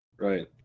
Right